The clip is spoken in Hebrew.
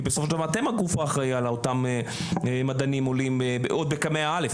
כי בסופו של דבר אתם הגוף האחראי על אותם מדענים עולים בקמ"ע א'.